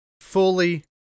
Fully